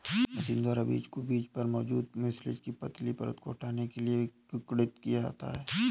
machine द्वारा बीज को बीज पर मौजूद म्यूसिलेज की पतली परत को हटाने के लिए किण्वित किया जाता है